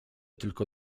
tylko